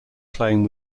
claim